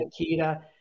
Akita